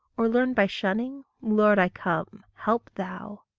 or learn by shunning lord, i come help thou.